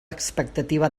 expectativa